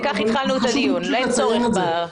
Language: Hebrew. חשוב לציין את זה.